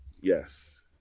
Yes